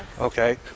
Okay